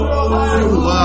Wow